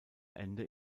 ende